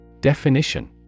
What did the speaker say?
Definition